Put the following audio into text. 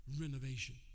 renovation